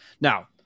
Now